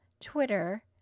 Twitter